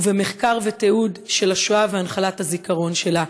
ובמחקר ובתיעוד של השואה והנחלת הזיכרון שלה.